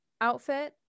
outfit